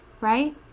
right